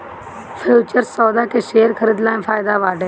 futures सौदा के share खरीदला में फायदा बाटे